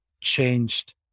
changed